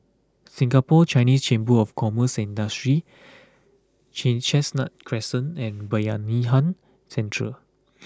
Singapore Chinese Chamber of Commerce and Industry Chin Chestnut Crescent and Bayanihan Centre